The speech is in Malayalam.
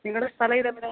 നിങ്ങളുടെ സ്ഥലമിത് എവിടാണ്